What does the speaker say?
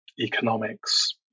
economics